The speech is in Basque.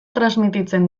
transmititzen